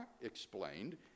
explained